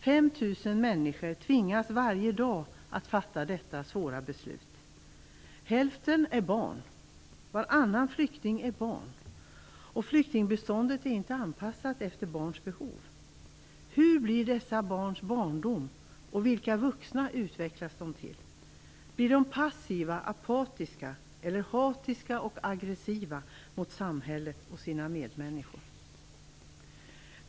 5 000 människor tvingas varje dag att fatta detta svåra beslut. Hälften är barn. Varannan flykting är barn. Flyktingbiståndet är inte anpassat efter barns behov. Hur blir dessa barns barndom och vilka vuxna utvecklas de till? Blir de passiva, apatiska eller hatiska och aggressiva mot samhället och sina medmänniskor?